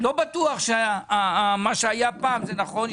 לא בטוח שמה שהיה פעם זה נכון.